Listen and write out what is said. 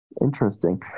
Interesting